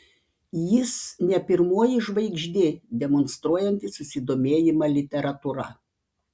jis ne pirmoji žvaigždė demonstruojanti susidomėjimą literatūra